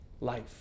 life